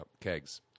kegs